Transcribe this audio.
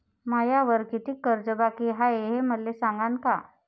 मायावर कितीक कर्ज बाकी हाय, हे मले सांगान का?